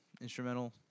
instrumental